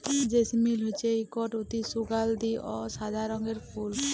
জেসমিল হছে ইকট অতি সুগাল্ধি অ সাদা রঙের ফুল